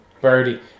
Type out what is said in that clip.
birdie